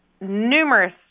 numerous